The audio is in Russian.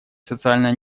социальная